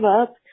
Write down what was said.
up